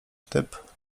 typ